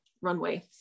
runway